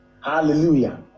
Hallelujah